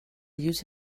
use